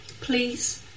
Please